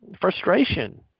frustration